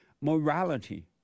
morality